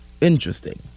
interesting